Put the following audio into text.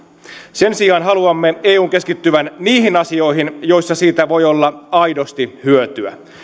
sen sijaan haluamme eun keskittyvän niihin asioihin joissa siitä voi olla aidosti hyötyä